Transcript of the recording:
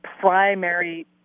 primary